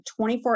24